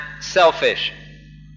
selfish